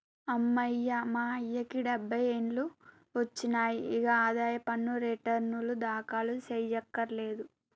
అమ్మయ్య మా అయ్యకి డబ్బై ఏండ్లు ఒచ్చినాయి, ఇగ ఆదాయ పన్ను రెటర్నులు దాఖలు సెయ్యకర్లేదు